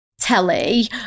Telly